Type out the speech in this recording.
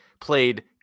played